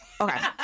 Okay